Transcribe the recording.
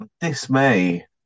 dismay